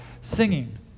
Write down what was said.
singing